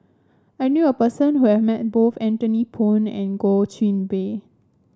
I knew a person who have met both Anthony Poon and Goh Qiu Bin